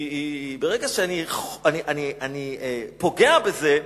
ברגע שאני פוגע בזה,